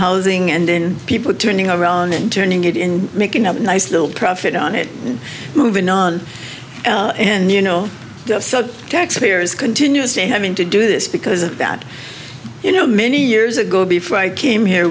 housing and in people turning around and turning it in making a nice little profit on it moving on and you know the taxpayer is continuously having to do this because of that you know many years ago before i came here